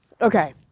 Okay